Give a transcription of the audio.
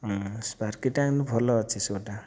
ହଁ ସ୍ପାର୍କିଟା ଭଲ ଅଛି ସୁ'ଟା